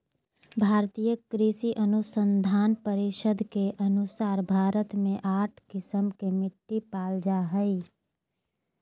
भारतीय कृषि अनुसंधान परिसद के अनुसार भारत मे आठ किस्म के मिट्टी पाल जा हइ